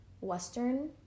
Western